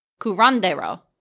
curandero